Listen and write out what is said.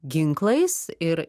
ginklais ir